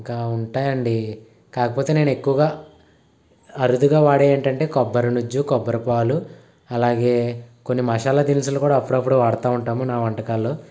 ఇంకా ఉంటాయండి కాకపోతే నేనెక్కువగా అరుదుగా వాడేవేంటంటే కొబ్బరినుజ్జు కొబ్బరి పాలు అలాగే కొన్ని మషాలా దినుసులు కూడా అప్పుడప్పుడు వాడుతూ ఉంటాము నా వంటకాల్లో